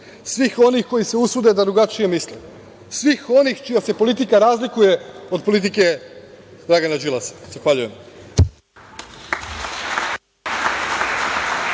svih onih koji se usude da drugačije misle, svih onih čija se politika razlikuje od politike Dragana Đilasa? Zahvaljujem.